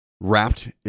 wrapped